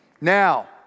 Now